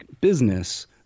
business